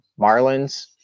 Marlins